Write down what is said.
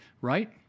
right